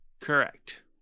Correct